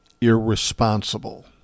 irresponsible